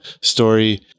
story